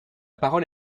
parole